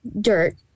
dirt